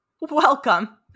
welcome